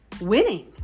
winning